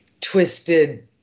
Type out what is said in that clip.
twisted